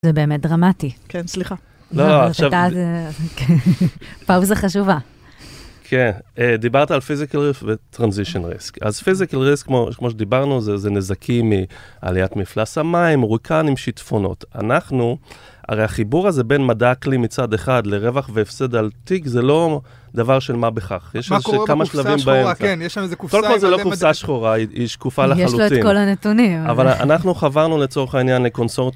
זה באמת דרמטי. כן, סליחה. פאוזה חשובה. כן. דיברת על פיזיקל ריסק וטרנזישן ריסק. אז פיזיקל ריסק, כמו שדיברנו, זה נזקים מעליית מפלס המים, הוריקנים, שטפונות. אנחנו, הרי החיבור הזה בין מדע אקלים מצד אחד לרווח והפסד על תיק, זה לא דבר של מה בכך. מה קורה בקופסא השחורה, כן, יש שם איזה קופסא... קודם כל זו לא קופסא שחורה, היא שקופה לחלוטין. יש לו את כל הנתונים. אבל אנחנו חברנו, לצורך העניין, לקונסורציום